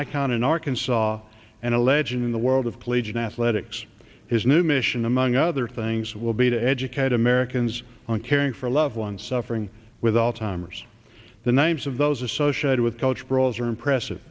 icon in arkansas and a legend in the world of pledge in athletics his new mission among other things will be to educate americans on caring for a loved one suffering with alzheimers the names of those associated with such brawls are impressive